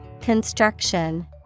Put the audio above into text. Construction